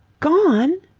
gone!